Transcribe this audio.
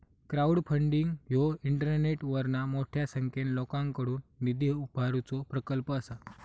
crowdfunding ह्यो इंटरनेटवरना मोठ्या संख्येन लोकांकडुन निधी उभारुचो प्रकल्प असा